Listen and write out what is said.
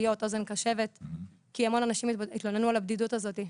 להיות אוזן קשבת כי המון אנשים התלוננו על הבדידות הזאת,